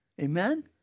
Amen